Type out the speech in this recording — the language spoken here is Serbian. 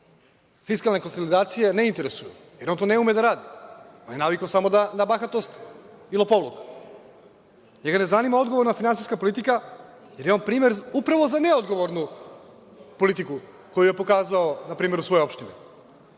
fiskalne konsolidacije ne interesuju, jer to on ne ume da radi, on je navikao samo na bahatost i lopovluk. NJega ne zanima odgovorna finansijska politika, jer je on primer upravo za neodgovornu politiku koju je pokazao na primer u svojoj opštini.